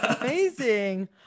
Amazing